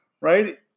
right